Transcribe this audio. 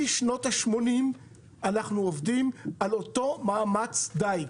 משנות ה-80 אנחנו עובדים על אותו מאמץ דיג